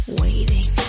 waiting